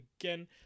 again